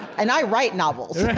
and i write novels.